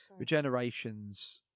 regenerations